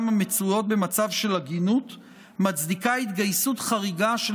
המצויות במצב של עגינות מצדיקה התגייסות חריגה של